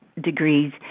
degrees